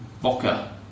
Boca